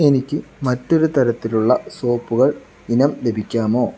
എനിക്ക് മറ്റൊരു തരത്തിലുള്ള സോപ്പുകൾ ഇനം ലഭിക്കാമോ